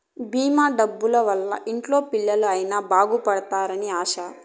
భీమా డబ్బుల వల్ల ఇంట్లో పిల్లలు అయిన బాగుపడుతారు అని ఆశ